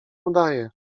udaje